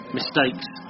mistakes